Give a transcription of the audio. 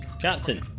Captain